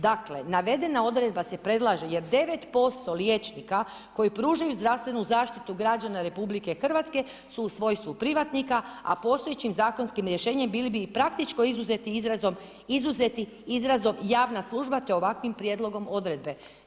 Dakle, navedena odredba se predlaže jer 9% liječnika koji pružaju zdravstvenu zaštitu građana RH su u svojstvu privatnika a postojećim zakonskim rješenjem, bili bi i praktički izuzeti izrazom javna služba te ovakvim prijedlogom odredbe.